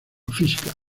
física